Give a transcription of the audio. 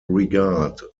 regard